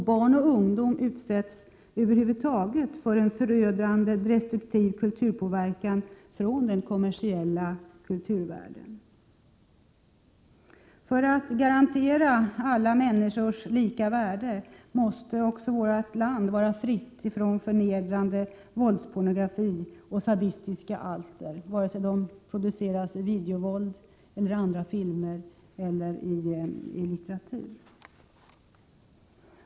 Barn och ungdom utsätts över huvud taget för en förödande destruktiv kulturpåverkan från den kommersiella kulturvärlden. För att garantera alla människors lika värde måste också vårt land vara fritt från förnedrande våldspornografi och sadistiska alster, vare sig det är fråga om videovåld eller andra filmer eller litteratur.